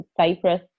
Cyprus